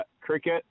Cricket